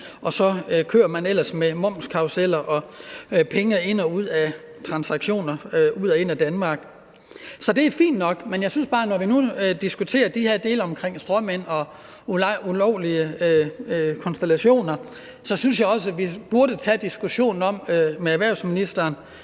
og så kører man ellers med momskarruseller og penge ind og ud af transaktioner, penge ind og ud af Danmark. Så forslaget er fint nok. Men når vi nu diskuterer de her dele om stråmænd og ulovlige konstellationer, synes jeg bare, at vi også burde tage diskussionen med erhvervsministeren